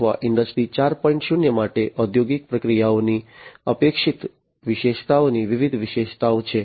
0 માટે ઔદ્યોગિક પ્રક્રિયાઓની અપેક્ષિત વિશેષતાઓની વિવિધ વિશેષતાઓ છે